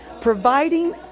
providing